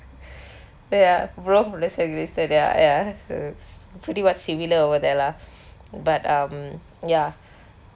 ya ya ya it's pretty much similar over there lah but um ya